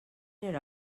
era